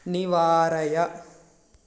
निवारय